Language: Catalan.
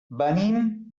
venim